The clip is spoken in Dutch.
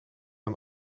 een